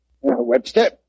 Webster